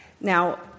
Now